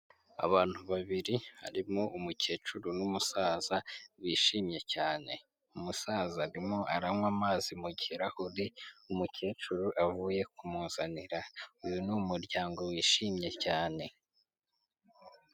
Abantu babiri harimo umukecuru n'umusaza bishimye cyane, umusaza arimo aranywa amazi mu kirahuri umukecuru avuye kumuzanira, uyu ni umuryango wishimye cyane.